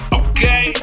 okay